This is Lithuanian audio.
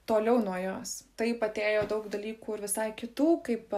toliau nuo jos taip atėjo daug dalykų ir visai kitų kaip